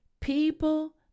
People